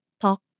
talk